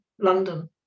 london